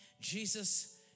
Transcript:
Jesus